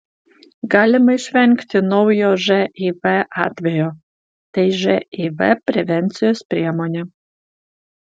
galima išvengti naujo živ atvejo tai živ prevencijos priemonė